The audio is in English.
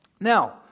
Now